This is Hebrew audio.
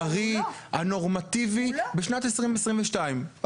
הבריא והנורמטיבי בשנת 2022. והוא לא.